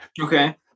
Okay